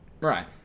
Right